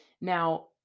Now